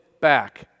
back